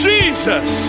Jesus